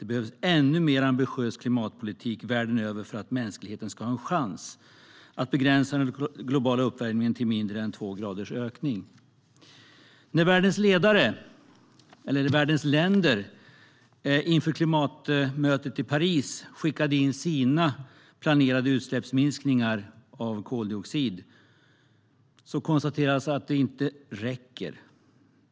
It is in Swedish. Det behövs en ännu mer ambitiös klimatpolitik världen över för att mänskligheten ska ha en chans att begränsa ökningen av den globala uppvärmningen till mindre än två grader. Världens länder har inför klimatmötet i Paris skickat in uppgifter om sina planerade utsläppsminskningar av koldioxid. Men man kan konstatera att det inte räcker.